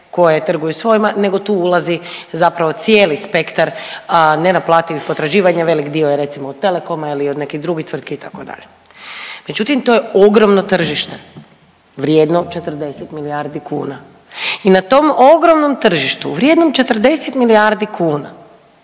koje trguju svojima nego tu ulazi zapravo cijeli spektar nenaplativih potraživanja, velik dio je recimo od Telekoma ili od nekih drugih tvrtki itd., međutim to je ogromno tržište vrijedno 40 milijardi kuna i na tom ogromnom tržištu vrijednom 40 milijardi kuna